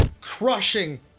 crushing